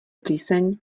plíseň